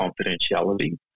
confidentiality